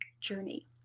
journey